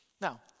Now